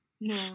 no